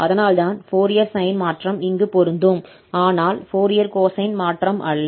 அதனால்தான் Fourier sine மாற்றம் இங்கு பொருந்தும் ஆனால் ஃபோரியர் கொசைன் மாற்றம் அல்ல